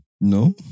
No